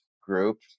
Group